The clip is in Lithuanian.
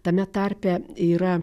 tame tarpe yra